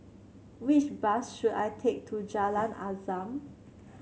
which bus should I take to Jalan Azam